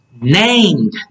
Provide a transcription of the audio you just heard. named